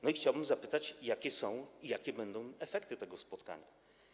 No i chciałbym zapytać, jakie są i jakie będą efekty tego spotkania.